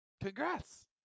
Congrats